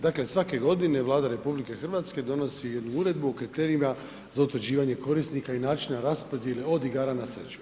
Dakle, svake godine Vlada RH donosi jednu uredbu o kriterijima za utvrđivanje korisnika i načina raspodjele od igara na sreću.